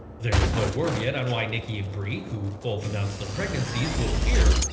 there's no word yet on why nikki and brie, who both announced their pregnancies, will appear,